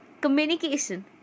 communication